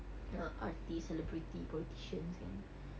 uh artist celebrity politicians kan